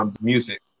music